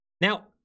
Now